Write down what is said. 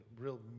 real